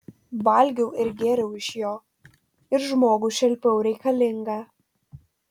valgiau ir gėriau iš jo ir žmogų šelpiau reikalingą